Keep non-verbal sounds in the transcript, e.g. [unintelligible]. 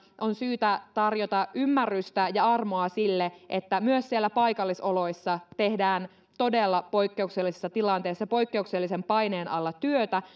on syytä tarjota ymmärrystä ja armoa sille että myös siellä paikallisoloissa tehdään todella poikkeuksellisessa tilanteessa poikkeuksellisen paineen alla työtä [unintelligible]